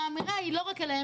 והאמירה היא לא רק אליהם,